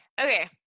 okay